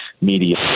media